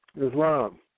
Islam